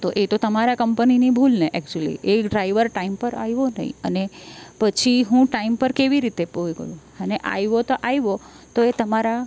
તો તો એ તો તમારા કંપનીની ભૂલ ને એકચ્યુલી એ ડ્રાઈવર ટાઈમ પર આવ્યો નહીં અને પછી હું ટાઈમ પર કેવી રીતે અને આવ્યો તો આવ્યો પણ એ તમારા